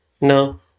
no